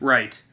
Right